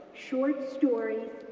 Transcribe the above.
short stories,